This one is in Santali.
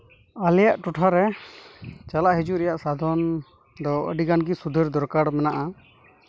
ᱟᱞᱮᱭᱟᱜ ᱴᱚᱴᱷᱟ ᱨᱮ ᱪᱟᱞᱟᱜ ᱦᱤᱡᱩᱜ ᱨᱮᱭᱟᱜ ᱥᱟᱫᱷᱚᱱ ᱫᱚ ᱟᱹᱰᱤᱜᱟᱱ ᱜᱮ ᱥᱩᱫᱷᱟᱹᱨ ᱫᱚᱨᱠᱟᱨ ᱢᱮᱱᱟᱜᱼᱟ